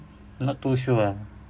not too sure ah